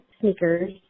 sneakers